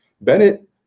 Bennett